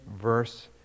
verse